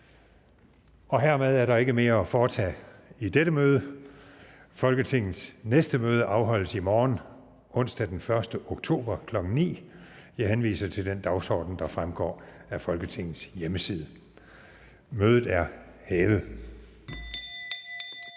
Hermed er der ikke mere at foretage i dette møde. Folketingets næste møde afholdes i morgen, onsdag den 1. oktober 2014, kl. 9.00. Jeg henviser til den dagsorden, der fremgår af Folketingets hjemmeside. Mødet er hævet.